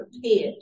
prepared